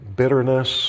bitterness